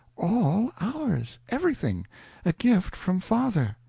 all ours everything a gift from father.